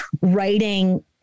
writing